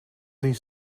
these